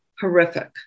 horrific